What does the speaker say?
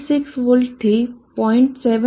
6 વોલ્ટથી 0